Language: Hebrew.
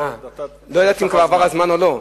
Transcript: לא ידעתי אם כבר עבר הזמן או לא.